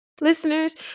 listeners